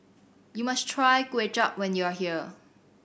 you must try Kway Chap when you are here